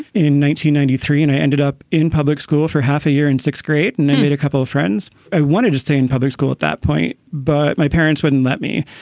ninety ninety three, and i ended up in public school for half a year in sixth grade. and i made a couple of friends. i wanted to stay in public school at that point, but my parents wouldn't let me.